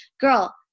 girl